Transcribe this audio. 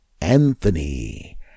Anthony